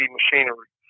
machinery